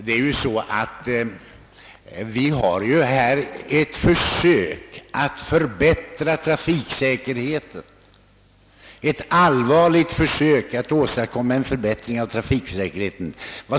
Här är det ju fråga om ett allvarligt försök att förbättra trafiksäkerheten.